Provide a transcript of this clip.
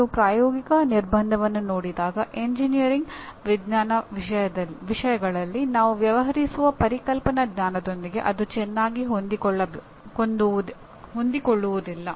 ನೀವು ಪ್ರಾಯೋಗಿಕ ನಿರ್ಬಂಧವನ್ನು ನೋಡಿದಾಗ ಎಂಜಿನಿಯರಿಂಗ್ ವಿಜ್ಞಾನ ವಿಷಯಗಳಲ್ಲಿ ನಾವು ವ್ಯವಹರಿಸುವ ಪರಿಕಲ್ಪನಾ ಜ್ಞಾನದೊಂದಿಗೆ ಅದು ಚೆನ್ನಾಗಿ ಹೊಂದಿಕೊಳ್ಳುವುದಿಲ್ಲ